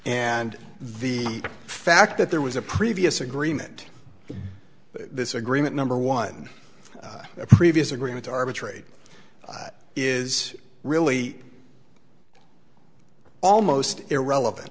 and the fact that there was a previous agreement this agreement number one the previous agreement arbitrate is really almost irrelevant